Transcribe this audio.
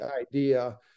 idea